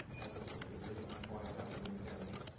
and that's what they did and that's why it happened in canada.